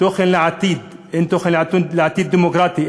תכנון לעתיד: אין תכנון לעתיד דמוקרטי,